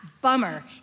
bummer